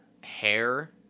hair